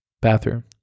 bathroom